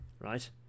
right